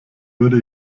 würde